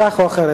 כך או אחרת,